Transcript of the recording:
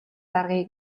аргыг